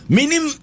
Minim